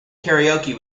karaoke